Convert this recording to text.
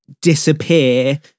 disappear